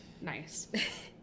Nice